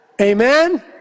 Amen